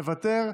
מוותר,